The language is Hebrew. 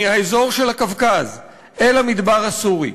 מהאזור של הקווקז, אל המדבר הסורי,